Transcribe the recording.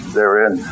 therein